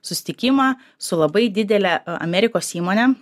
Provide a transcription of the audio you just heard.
susitikimą su labai didele amerikos įmone